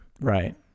Right